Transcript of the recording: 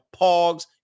pogs